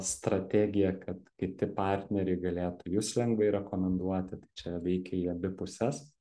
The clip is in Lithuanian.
strategiją kad kiti partneriai galėtų jus lengvai rekomenduoti tai čia veikia į abi puses